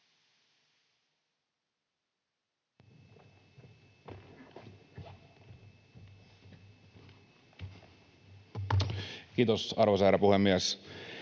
Kiitos, arvoisa herra puhemies!